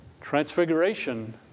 Transfiguration